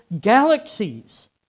galaxies